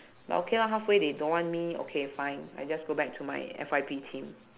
but okay lor halfway they don't want me okay fine I just go back to my F_Y_P team